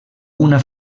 una